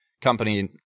company